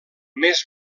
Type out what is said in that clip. més